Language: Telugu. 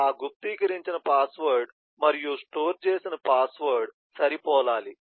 ఈ గుప్తీకరించిన పాస్వర్డ్ మరియు స్టోర్ చేసిన పాస్వర్డ్ సరిపోలాలి